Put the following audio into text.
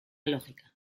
lógica